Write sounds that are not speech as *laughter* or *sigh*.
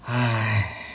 *breath*